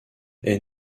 est